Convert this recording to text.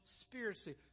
spiritually